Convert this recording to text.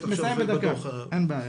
אין בעיה.